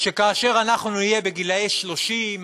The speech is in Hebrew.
שכאשר אנחנו נהיה בגיל 30,